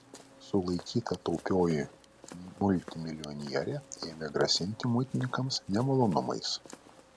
sulaikyta taupioji multimilijonierė ėmė grasinti muitininkams nemalonumais